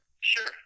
Sure